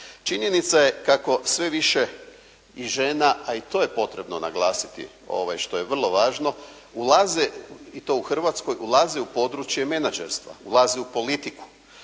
Činjenica je kako sve više i žena, a i to je potrebno naglasiti što je vrlo važno ulaze i to u Hrvatskoj ulaze u područje menadžerstva. Ulaze u politiku.